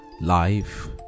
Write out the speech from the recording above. Life